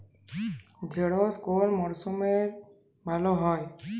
ঢেঁড়শ কোন মরশুমে ভালো হয়?